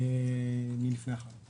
מלפני החג.